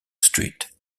street